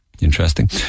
Interesting